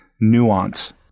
nuance